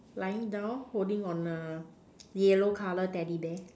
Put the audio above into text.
lying down holding on a yellow colour teddy bear